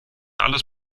alles